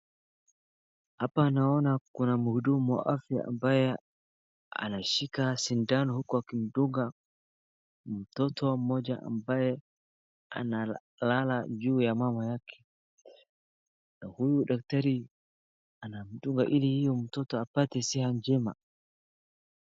hapa naona kuna mhudumu wa afya ambaye ameshika sindano huku akimdunga mtoto mmoja ambaye analala juu ya mama yake, huyu daktari anamdunga ili huyo mtoto apte siha njema.